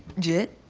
jet.